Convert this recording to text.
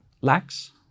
lacks